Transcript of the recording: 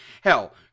Hell